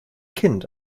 kind